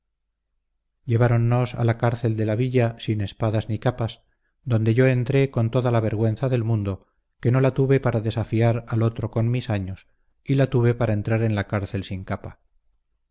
nosotros lleváronnos a la cárcel de la villa sin espadas ni capas donde yo entré con toda la vergüenza del mundo que no la tuve para desafiar al otro con mis años y la tuve para entrar en la cárcel sin capa